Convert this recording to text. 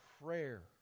prayer